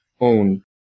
own